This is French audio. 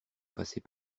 passer